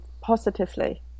positively